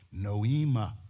noema